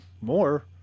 more